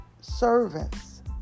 servants